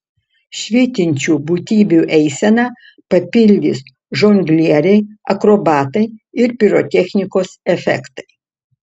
švytinčių būtybių eiseną papildys žonglieriai akrobatai ir pirotechnikos efektai